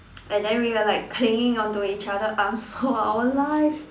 and then we were like clinging onto each other arms for our life